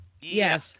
Yes